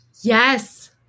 Yes